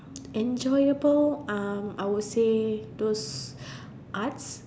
enjoyable um I would say those arts